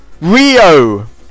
Rio